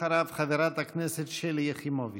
אחריו, חברת הכנסת שלי יחימוביץ'.